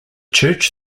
church